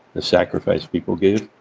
the sacrifice people gave.